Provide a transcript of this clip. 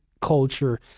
culture